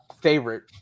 favorite